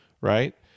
right